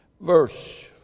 Verse